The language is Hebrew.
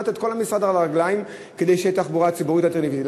העמדת את כל המשרד על הרגליים כדי שתהיה תחבורה ציבורית אלטרנטיבית.